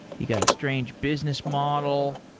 you got a strange business model.